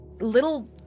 little